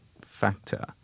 factor